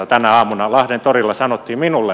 tänä aamuna lahden torilla sanottiin minulle